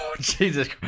Jesus